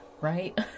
right